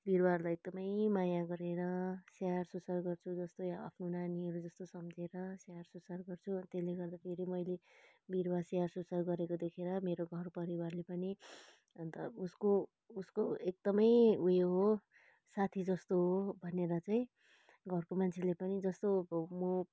बिरुवाहरूलाई एकदमै माया गरेर स्याहार सुसार गर्छु जस्तै आफ्नो नानीहरू जस्तो सम्झेर स्याहार सुसार गर्छु अनि त्यसले गर्दाखेरि मैले बिरुवा स्याहार सुसार गरेको देखेर मेरो घरपरिवारले पनि अन्त उसको उसको एकदमै उयो हो साथी जस्तो हो भनेर चाहिँ घरको मान्छेले पनि जस्तो म